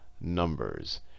numbers